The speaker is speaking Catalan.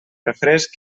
refresc